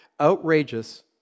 outrageous